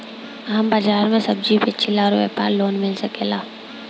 हमर बाजार मे सब्जी बेचिला और व्यापार लोन मिल सकेला?